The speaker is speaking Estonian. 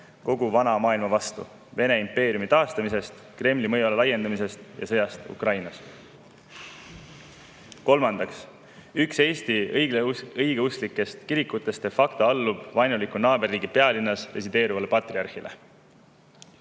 kogu Vana Maailma vastu, Vene impeeriumi taastamisest, Kremli mõjuala laiendamisest ja sõjast Ukrainas. Kolmandaks, üks Eesti õigeusklikest kirikutestde factoallub vaenuliku naaberriigi pealinnas resideeruvale patriarhile. Mida